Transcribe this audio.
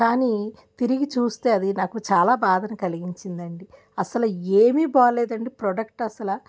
కానీ తిరిగి చూస్తే అది నాకు చాలా బాధను కలిగించిందండి అసలు ఏమీ బాలేదండి ప్రోడక్ట్ అసలు